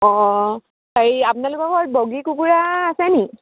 অঁ হেৰি আপোনালোকৰ ঘৰত বগী কুকুৰা আছে নেকি